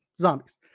zombies